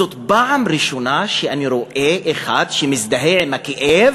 זאת פעם ראשונה שאני רואה אחד שמזדהה עם הכאב,